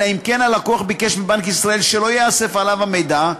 אלא אם כן הלקוח ביקש מבנק ישראל שלא ייאסף עליו המידע,